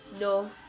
No